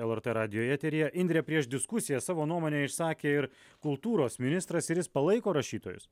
lrt radijo eteryje indre prieš diskusiją savo nuomonę išsakė ir kultūros ministras ir jis palaiko rašytojus